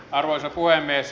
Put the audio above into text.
arvoisa puhemies